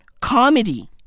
comedy